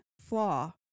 flaw